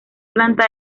planta